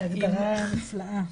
זו הגדרה נפלאה.